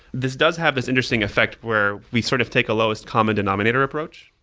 this does have this interesting effect where we sort of take a lowest common denominator approach.